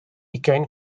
ugain